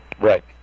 Right